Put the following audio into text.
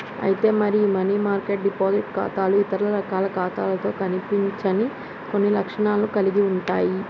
అయితే మరి ఈ మనీ మార్కెట్ డిపాజిట్ ఖాతాలు ఇతర రకాల ఖాతాలతో కనిపించని కొన్ని లక్షణాలను కలిగి ఉంటాయి